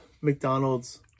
mcdonald's